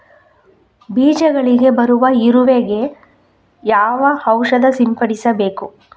ಬೀಜಗಳಿಗೆ ಬರುವ ಇರುವೆ ಗೆ ಯಾವ ಔಷಧ ಸಿಂಪಡಿಸಬೇಕು?